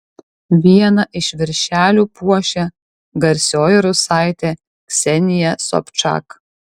vieną iš viršelių puošia garsioji rusaitė ksenija sobčak